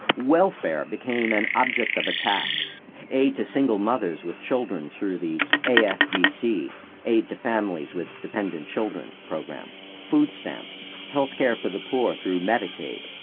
welfare became an object of attack aid to single mothers with children through the afdc aid to families with dependent children program, food stamps, health care for the poor through medicaid.